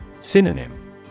Synonym